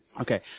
Okay